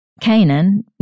Canaan